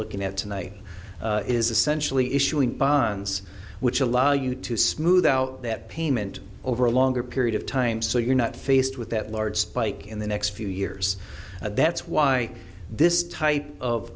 looking at tonight is essentially issuing bonds which allow you to smooth out that payment over a longer period of time so you're not faced with that large spike in the next few years that's why this type of